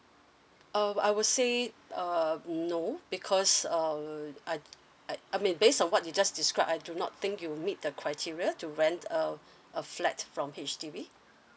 uh I would say uh no because um I I I mean based on what you just described I do not think you meet the criteria to rent a a flat from H_D_B